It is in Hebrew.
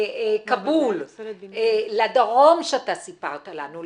לכאבול, לדרום שאתה סיפרת לנו.